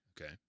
Okay